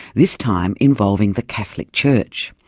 this time involving the catholic church.